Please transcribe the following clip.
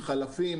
חלפים.